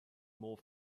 more